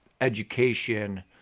education